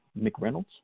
McReynolds